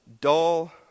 dull